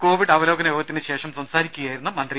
Covid അവലോകന യോഗത്തിന് ശേഷം സംസാരിക്കുകയായിരുന്നു മന്ത്രി